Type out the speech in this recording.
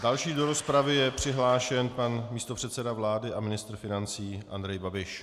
Další do rozpravy je přihlášen pan místopředseda vlády a ministr financí Andrej Babiš.